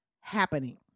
happening